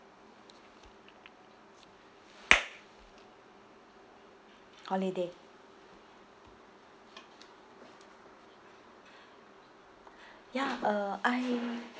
holiday ya uh I